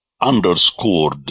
underscored